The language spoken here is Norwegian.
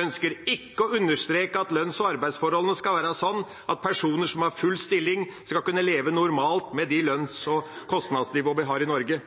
ønsker ikke å understreke at lønns- og arbeidsforholdene skal være slik at personer som har full stilling, skal kunne leve normalt med det lønns- og kostnadsnivået vi har i Norge.